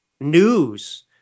news